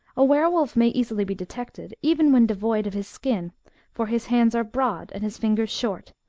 a were-wolf may easily be detected, even when devoid of his skin for his hands are broad, and his fingers short,